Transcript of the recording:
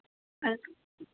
okay